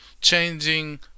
changing